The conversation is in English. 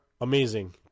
amazing